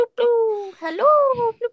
Hello